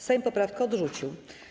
Sejm poprawkę odrzucił.